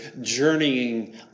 journeying